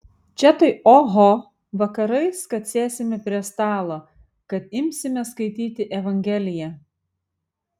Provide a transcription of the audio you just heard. čia tai oho vakarais kad sėsime prie stalo kad imsime skaityti evangeliją